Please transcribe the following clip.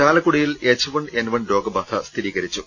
ചാലക്കുടിയിൽ H one N one രോഗബാധ സ്ഥിരീകരി ച്ചു